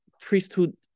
priesthood